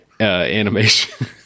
animation